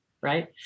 right